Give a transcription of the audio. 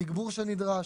תגבור שנדרש,